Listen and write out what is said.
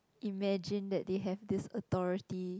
imagine that they have this authority